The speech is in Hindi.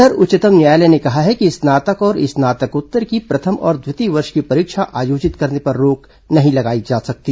इधर उच्चतम न्यायालय ने कहा है कि स्नातक और स्नातकोत्तर की प्रथम और द्वितीय वर्ष की परीक्षा आयोजित करने पर रोक नहीं लगाई जा सकती